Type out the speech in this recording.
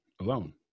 alone